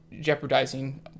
jeopardizing